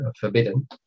forbidden